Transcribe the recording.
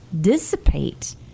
dissipate